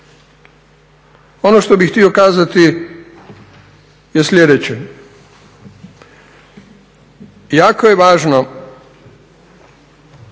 Ono što bih htio kazati je sljedeće. Jako je važno